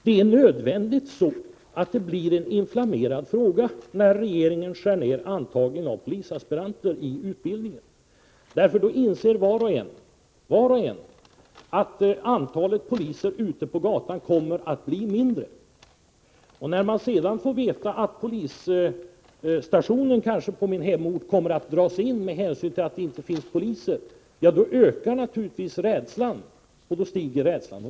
Det är med nödvändighet så att det blir en inflammerad fråga när regeringen gör nedskärningar i antagningen till polisaspirantutbildningen. Var och en inser att antalet poliser ute på gatan då kommer att minska. Och när man sedan får veta att polisstationen på hemorten kanske kommer att dras in på grund av att det inte finns poliser, ökar naturligtvis människors rädsla.